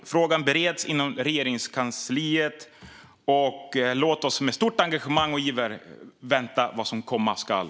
Frågan bereds inom Regeringskansliet. Låt oss med stort engagemang och iver invänta vad som komma skall.